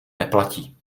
neplatí